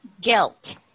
Guilt